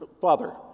father